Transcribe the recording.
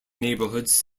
neighborhoods